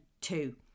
two